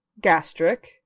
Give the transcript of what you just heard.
Gastric